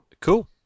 Cool